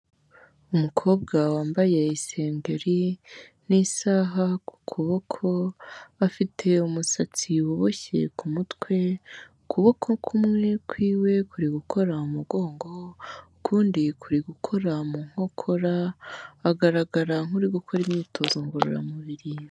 Umukobwa wambaye isengeri n'isaha ku kuboko, afite umusatsi uboshye ku mutwe, ukuboko kumwe kw'iwe kuri gukora mu mugongo, ukundi kuri gukora mu nkokora, agaragara nk'uri gukora imyitozo ngororamubiri.